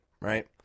right